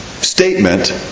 statement